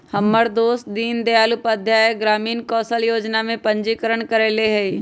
हमर दोस दीनदयाल उपाध्याय ग्रामीण कौशल जोजना में पंजीकरण करएले हइ